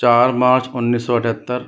चार मार्च उन्नीस सौ अठहत्तर